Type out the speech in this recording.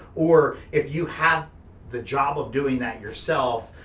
or if you have the job of doing that yourself,